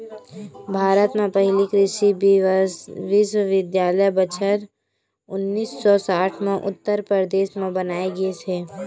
भारत म पहिली कृषि बिस्वबिद्यालय बछर उन्नीस सौ साठ म उत्तर परदेस म बनाए गिस हे